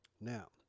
Now